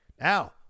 Now